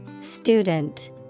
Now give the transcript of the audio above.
Student